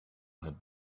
had